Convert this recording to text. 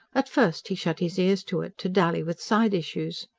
at first he shut his ears to it, to dally with side issues.